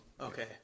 Okay